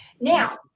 now